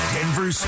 Denver